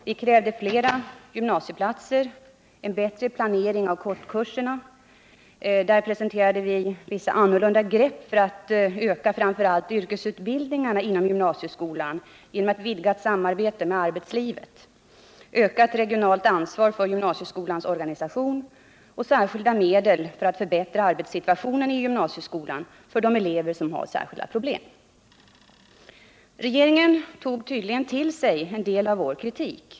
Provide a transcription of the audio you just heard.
Vi krävde flera gymnasieplatser, en bättre planering av kortkurserna, ökat regionalt ansvar för gymnasieskolans organisation och särskilda medel för att förbättra arbetssituationen i gymnasieskolan för de elever som har särskilda problem. Vi presenterade också vissa annorlunda grepp för att öka framför allt yrkesutbildningarna inom gymnasieskolan genom ett utvidgat samarbete med arbetslivet. Regeringen tog tydligen till sig en del av vår kritik.